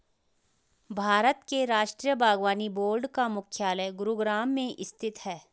भारत के राष्ट्रीय बागवानी बोर्ड का मुख्यालय गुरुग्राम में स्थित है